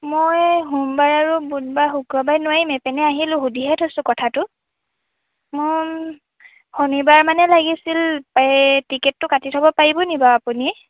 মই সোমবাৰে আৰু বুধবাৰ শুক্ৰবাৰে নোৱাৰিম এপিনে আহিলোঁ সুধিহে থৈছোঁ কথাটো শনিবাৰ মানে লাগিছিল হে টিকেটটো কাটি থ'ব পাৰিবনি বাৰু আপুনিয়ে